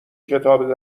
کتاب